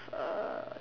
uh